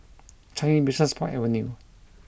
Changi Business Park Avenue